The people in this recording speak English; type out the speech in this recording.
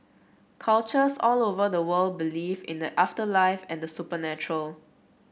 cultures all over the world believe in the afterlife and supernatural